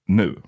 nu